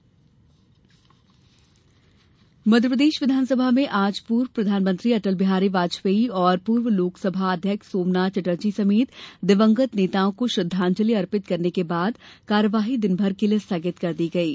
विस श्रद्धांजलि मध्यप्रदेश विधानसभा में आज पूर्व प्रधानमंत्री अटल बिहारी वाजपेयी और पूर्व लोकसभा अध्यक्ष सोमनाथ चटर्जी समेत दिवंगत नेताओं को श्रद्धांजलि अर्पित करने के बाद कार्यवाही दिन भर के लिए स्थगित कर दी गयी